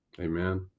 Amen